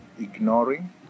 ignoring